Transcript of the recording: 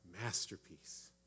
masterpiece